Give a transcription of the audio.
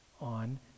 on